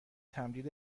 تمدید